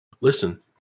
Listen